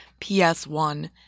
PS1